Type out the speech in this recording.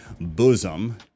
bosom